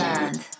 Land